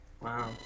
Wow